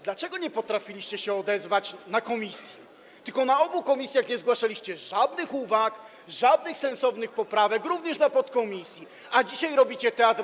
Dlaczego nie potrafiliście się odezwać w komisji, tylko w obu komisjach nie zgłaszaliście żadnych uwag, żadnych sensownych poprawek, również w podkomisji, a dzisiaj robicie teatr?